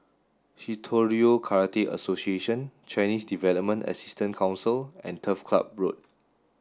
Shitoryu Karate Association Chinese Development Assistance Council and Turf Ciub Road